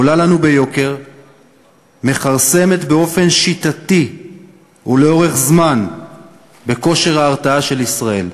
עולה לנו ביוקר ומכרסמת באופן שיטתי ולאורך זמן בכושר ההרתעה של ישראל.